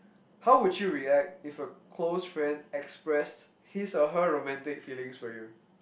how would you react if a close friend expressed his or her romantic feelings for you